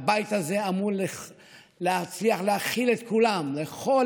הבית הזה אמור להצליח להכיל את כולם: לכל